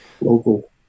Local